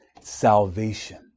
Salvation